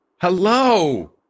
Hello